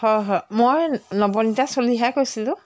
হয় হয় মই নৱনীতা চলিহাই কৈছিলোঁ